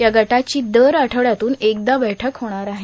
या गटाची दर आठवड्यातून एकदा बैठक होणार आहे